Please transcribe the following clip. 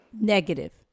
Negative